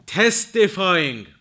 testifying